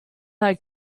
had